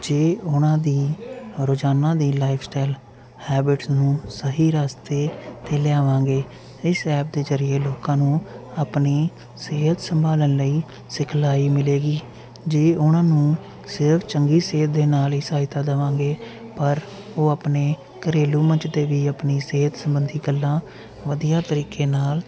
ਜੇ ਉਹਨਾਂ ਦੀ ਰੋਜ਼ਾਨਾ ਦੀ ਲਾਈਫ ਸਟਾਈਲ ਹੈਬਿਟਸ ਨੂੰ ਸਹੀ ਰਸਤੇ 'ਤੇ ਲਿਆਵਾਂਗੇ ਇਸ ਐਪ ਦੇ ਜ਼ਰੀਏ ਲੋਕਾਂ ਨੂੰ ਆਪਣੀ ਸਿਹਤ ਸੰਭਾਲਣ ਲਈ ਸਿਖਲਾਈ ਮਿਲੇਗੀ ਜੇ ਉਹਨਾਂ ਨੂੰ ਸਿਰਫ਼ ਚੰਗੀ ਸਿਹਤ ਦੇ ਨਾਲ ਹੀ ਸਹਾਇਤਾ ਦੇਵਾਂਗੇ ਪਰ ਉਹ ਆਪਣੇ ਘਰੇਲੂ ਮਜਦੇ ਵੀ ਆਪਣੀ ਸਿਹਤ ਸਬੰਧੀ ਗੱਲਾਂ ਵਧੀਆ ਤਰੀਕੇ ਨਾਲ